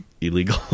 illegal